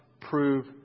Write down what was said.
prove